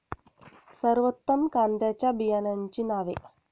सर्वोत्तम कांद्यांच्या बियाण्यांची नावे?